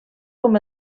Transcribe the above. com